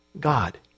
God